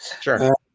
Sure